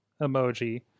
emoji